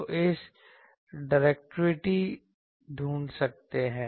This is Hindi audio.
तो हम डायरेक्टिविटी ढूंढ सकते हैं